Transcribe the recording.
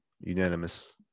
unanimous